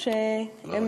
או שהם,